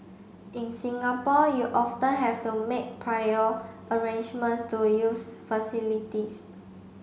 in Singapore you often have to make prior arrangements to use facilities